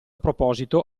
proposito